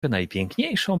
najpiękniejszą